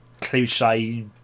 cliche